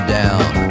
down